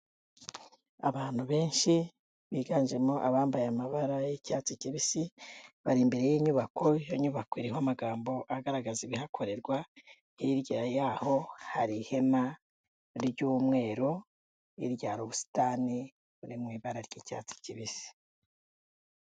Abantu benshi biganjemo abambaye amabara y'icyatsi kibisi, bari imbere y'inyubako, iyo nyubako iriho amagambo agaragaza ibihakorerwa, hirya yaho hari ihema ry'umweru, hirya hari ubusitani buri mu ibara ry'icyatsi kibisi.